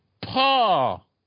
Paul